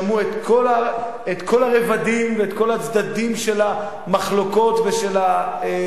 שמעו את כל הרבדים ואת כל הצדדים של המחלוקות ושל הרעיונות,